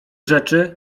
rzeczy